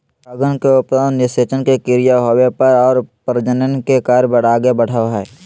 परागन के उपरान्त निषेचन के क्रिया होवो हइ और प्रजनन के कार्य आगे बढ़ो हइ